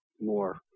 more